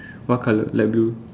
what colour light blue